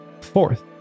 fourth